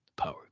power